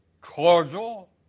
cordial